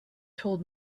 told